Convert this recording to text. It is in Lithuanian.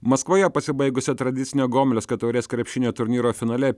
maskvoje pasibaigusio tradicinio gomelskio taurės krepšinio turnyro finale